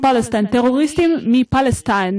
טרוריסטים מפלסטין.